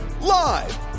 Live